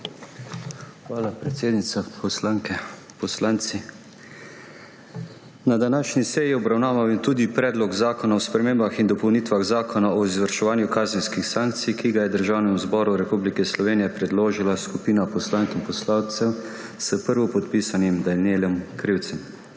Hvala, predsednica. Poslanke, poslanci! Na današnji seji obravnavano tudi Predlog zakona o spremembah in dopolnitvah Zakona o izvrševanju kazenskih sankcij, ki ga je Državnemu zboru Republike Slovenije predložila skupina poslank in poslancev s prvopodpisanim Danijelom Krivcem.